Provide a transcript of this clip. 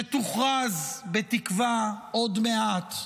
שתוכרז בתקווה עוד מעט,